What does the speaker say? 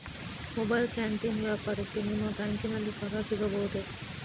Mobile canteen ವ್ಯಾಪಾರಕ್ಕೆ ನಿಮ್ಮ ಬ್ಯಾಂಕಿನಲ್ಲಿ ಸಾಲ ಸಿಗಬಹುದೇ?